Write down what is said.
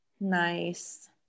Nice